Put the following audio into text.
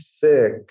thick